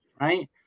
right